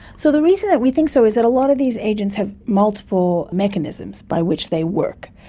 so the reason that we think so is that a lot of these agents have multiple mechanisms by which they work,